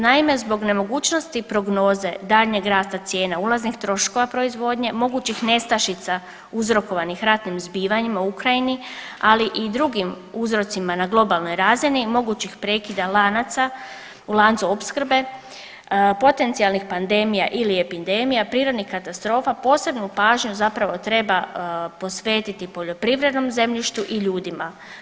Naime, zbog nemogućnosti prognoze daljnjeg rasta cijena ulaznih troškova proizvodnje, mogućih nestašica uzrokovanih ratnim zbivanjima u Ukrajini, ali i drugim uzrocima na globalnoj razini mogućih prekida lanaca u lancu opskrbe, potencijalnih pandemija ili epidemija, prirodnih katastrofa, posebnu pažnju zapravo treba posvetiti poljoprivrednom zemljištu i ljudima.